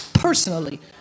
personally